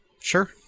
Sure